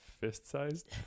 fist-sized